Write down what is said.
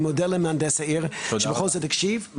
אני מודה למהנדס העיר שבכל זאת הקשיב.